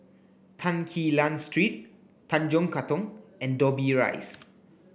Tan Quee Lan Street Tanjong Katong and Dobbie Rise